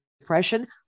Depression